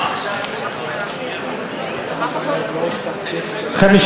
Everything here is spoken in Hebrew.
לשנת הכספים 2013, נתקבל.